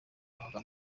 abaganga